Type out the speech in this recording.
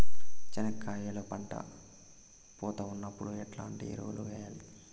చెనక్కాయలు పంట పూత ఉన్నప్పుడు ఎట్లాంటి ఎరువులు వేయలి?